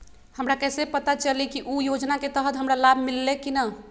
हमरा कैसे पता चली की उ योजना के तहत हमरा लाभ मिल्ले की न?